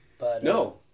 No